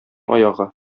аягы